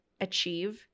achieve